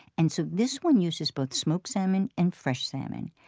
and so this one uses both smoked salmon and fresh salmon.